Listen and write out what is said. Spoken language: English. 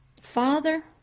father